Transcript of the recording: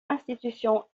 institutions